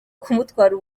kumutwara